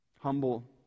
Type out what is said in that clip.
humble